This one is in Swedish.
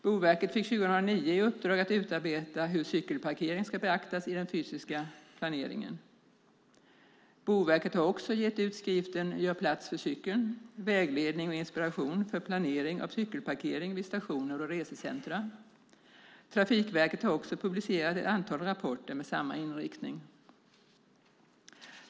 Boverket fick 2009 i uppdrag att utarbeta hur cykelparkering ska beaktas i den fysiska planeringen och har gett ut skriften Gör plats för cykeln - Vägledning och inspiration för planering av cykelparkering vid stationer och resecentra . Trafikverket har också publicerat ett antal rapporter med samma inriktning.